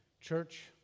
Church